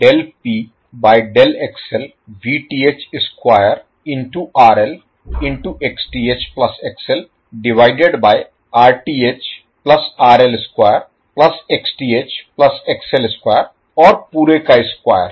del P by del XL Vth square into RL into Xth plus XL divided by Rth plus RL square plus Xth plus XL square और पूरे का square